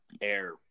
air